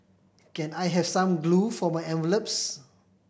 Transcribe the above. can I have some glue for my envelopes